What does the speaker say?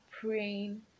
praying